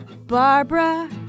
Barbara